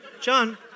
John